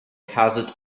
hazard